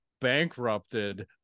bankrupted